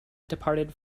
departed